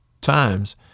times